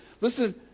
listen